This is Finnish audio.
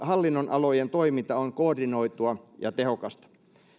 hallinnonalojen toiminta on koordinoitua ja tehokasta